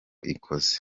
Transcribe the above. ikoze